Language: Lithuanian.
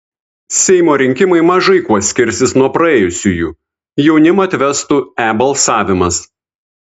seimo rinkimai mažai kuo skirsis nuo praėjusiųjų jaunimą atvestų e balsavimas